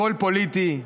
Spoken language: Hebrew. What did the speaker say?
הכול פוליטי.